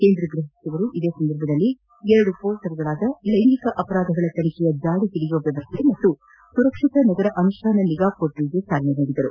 ಕೇಂದ್ರ ಗೃಪ ಸಚಿವರು ಇದೇ ಸಂದರ್ಭದಲ್ಲಿ ಎರಡು ಪೋರ್ಟಲ್ ಗಳಾದ ಲೈಂಗಿಕ ಅಪರಾಧಗಳ ತನಿಖೆಯ ಜಾಡು ಓಡಿಯುವ ವ್ಯವಸ್ಥೆ ಮತ್ತು ಸುರಕ್ಷಿತ ನಗರ ಅನುಷ್ಟಾನ ನಿಗಾ ಪೋರ್ಟಲ್ ಗೆ ಚಾಲನೆ ನೀಡಿದರು